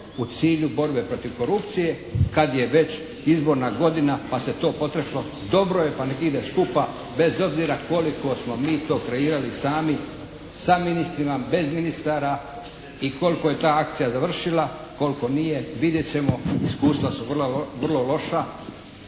u cilju borbe protiv korupcije kad je već izborna godina pa se to potrefilo. Dobro je pa nek ide skupa bez obzira koliko smo mi to kreirali sami sa ministrima, bez ministara i koliko je ta akcija završila, koliko nije. Vidjet ćemo. Iskustva su vrlo loša.